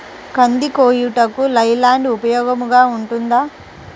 కంది కోయుటకు లై ల్యాండ్ ఉపయోగముగా ఉంటుందా?